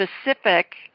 specific